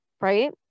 right